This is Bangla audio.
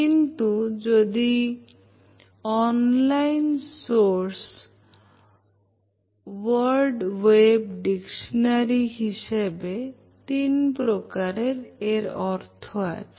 কিন্তু যদি online source word web dictionary হিসেবে তিন প্রকার অর্থ আছে